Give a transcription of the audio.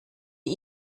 die